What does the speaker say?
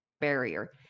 barrier